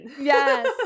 Yes